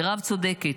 מרב צודקת,